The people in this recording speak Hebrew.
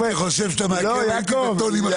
יעקב,